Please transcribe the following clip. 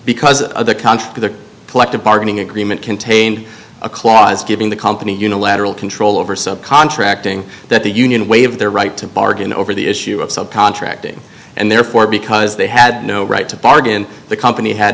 contract the collective bargaining agreement contained a clause giving the company unilateral control over sub contracting that the union waive their right to bargain over the issue of sub contracting and therefore because they had no right to bargain the company had